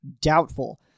Doubtful